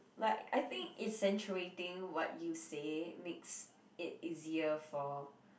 but I think accentuating what you say makes it easier for